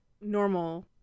normal